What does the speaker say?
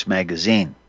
magazine